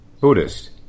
Buddhist